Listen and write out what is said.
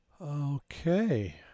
Okay